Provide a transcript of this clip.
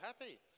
happy